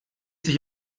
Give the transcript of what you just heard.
sich